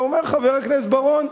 ואומר חבר הכנסת בר-און: